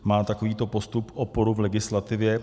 Má takovýto postup oporu v legislativě?